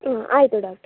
ಹಾಂ ಆಯಿತು ಡಾಕ್ಟರ್